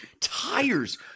Tires